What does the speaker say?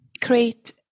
create